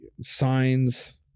signs